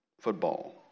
football